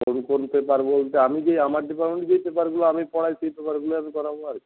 পারবো আমি যেই আমার ডিপার্টমেন্টে যে পেপারগুলো আমি পড়াই সেই পেপারগুলোই আমি পড়াবো আর কি